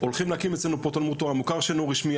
הולכים להקים אצלנו פה תלמוד תורה מוכר שאינו רשמי,